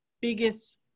biggest